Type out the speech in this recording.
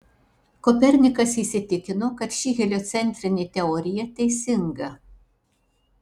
kopernikas įsitikino kad ši heliocentrinė teorija teisinga